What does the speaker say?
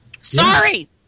Sorry